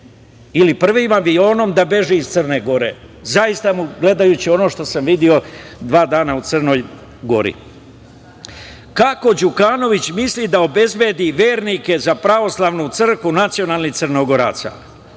ili prvim avionom da beže iz Crne Gore. Zaista, gledajući ono što sam video, dva dana u Crnoj Gori, kako Đukanović misli da obezbedi vernike za pravoslavnu crkvu nacionalnih Crnogoraca? On